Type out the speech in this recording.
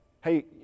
Hey